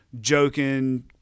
joking